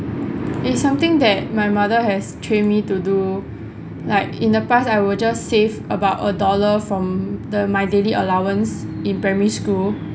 it's something that my mother has trained me to do like in the past I will just save about a dollar from the my daily allowance in primary school